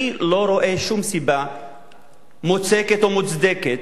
אני לא רואה שום סיבה מוצקת או מוצדקת